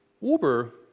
Uber